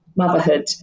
motherhood